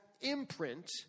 imprint